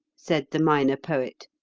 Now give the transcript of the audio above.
said the minor poet.